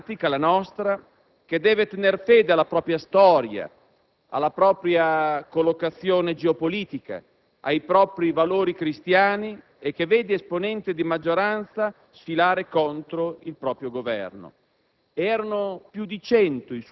Una Nazione euro-atlantica, la nostra, che deve tener fede alla propria storia, alla propria collocazione geopolitica, ai propri valori cristiani, e che vede esponenti di maggioranza sfilare contro il proprio Governo.